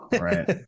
right